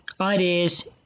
ideas